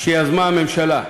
שיזמה הממשלה.